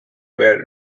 were